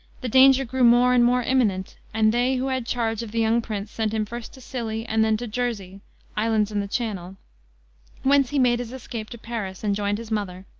the danger grew more and more imminent, and they who had charge of the young prince sent him first to scilly, and then to jersey islands in the channel whence he made his escape to paris, and joined his mother.